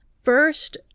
first